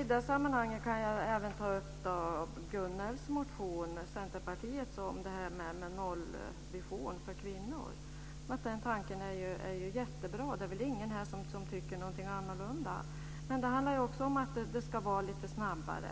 I detta sammanhang kan jag även ta upp motionsförslaget av Gunnel Wallin m.fl., Centerpartiet, om en "nollvision" för bl.a. våld mot kvinnor. Den tanken är jättebra, och det är väl ingen av oss som tycker annorlunda. Men det handlar också här om att det ska gå lite snabbare.